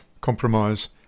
compromise